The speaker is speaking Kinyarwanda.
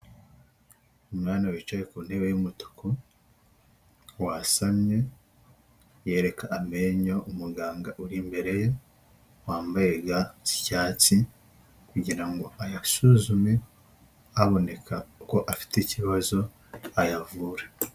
Umwana wicaye ku ntebe y'umutuku wasamye yereka amenyo umuganga uri imbere ye wambaye ga z'icyatsi kugira ngo ayasuzume aboneka ko afite ikibazo ayavura.